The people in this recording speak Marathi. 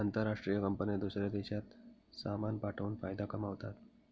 आंतरराष्ट्रीय कंपन्या दूसऱ्या देशात सामान पाठवून फायदा कमावतात